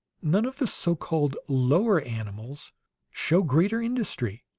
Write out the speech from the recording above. none of the so-called lower animals show greater industry.